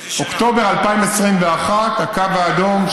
באוקטובר 2021 הקו האדום,